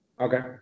Okay